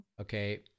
Okay